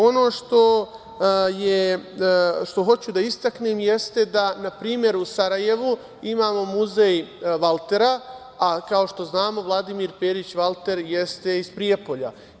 Ono što hoću da istaknem, jeste da, na primer u Sarajevu imamo muzej Valtera, a kao što znamo Vladimir Perić Valter, jeste iz Prijepolja.